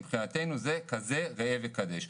מבחינתנו זה כזה ראה וקדש.